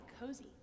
cozy